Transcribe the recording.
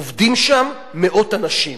עובדים שם מאות אנשים,